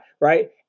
Right